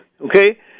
Okay